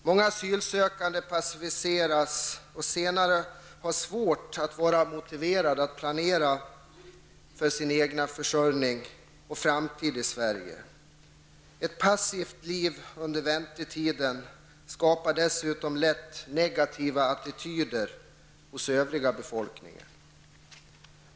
Många asylsökande passiviseras och har senare svårt att vara motiverade att planera för sin egen försörjning och framtid i Sverige. Ett passivt liv under väntetiden skapar dessutom lätt negativa attityder hos övriga befolkningen.